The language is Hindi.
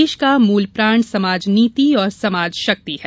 देश का मूल प्राण समाज नीति और समाज शक्ति है